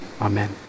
amen